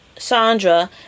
Sandra